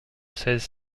seize